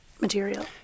material